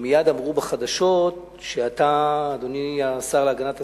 אמרו בחדשות שאתה, אדוני השר להגנת הסביבה,